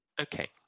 Okay